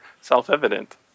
self-evident